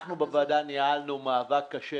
אנחנו בוועדה ניהלנו מאבק קשה